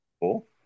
Cool